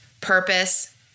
purpose